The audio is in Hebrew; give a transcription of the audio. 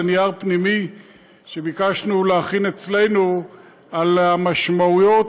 זה נייר פנימי שביקשנו להכין אצלנו על המשמעויות,